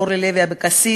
אורלי לוי אבקסיס,